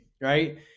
right